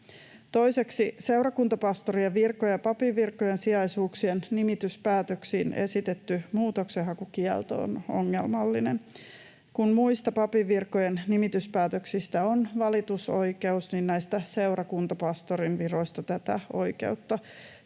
Toiseksi: Seurakuntapastorin ja papin virkojen sijaisuuksien nimityspäätöksiin esitetty muutoksenhakukielto on ongelmallinen. Kun muista papinvirkojen nimityspäätöksistä on valitusoikeus, niin näistä seurakuntapastorin viroista tätä oikeutta ei ole